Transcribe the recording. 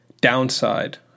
downside